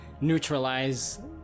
neutralize